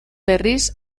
berriz